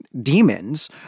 demons